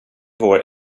vår